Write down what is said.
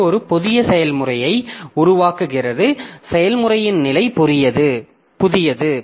இது ஒரு புதிய செயல்முறையை உருவாக்குகிறது செயல்முறையின் நிலை புதியது